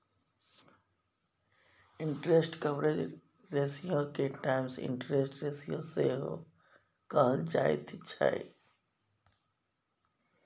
interest coverage रेशियोके times interest ratio सेहो कहल जाइत छै